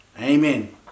Amen